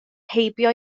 heibio